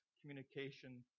communication